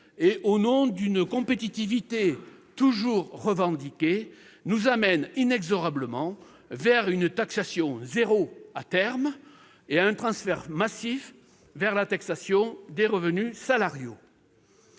et au nom d'une compétitivité toujours revendiquée, nous conduit inexorablement vers une taxation zéro à terme et à un transfert massif vers la taxation des revenus salariaux.